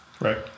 Right